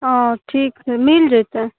हँ ठीक छै मिल जेतै